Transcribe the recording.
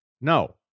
No